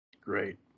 Great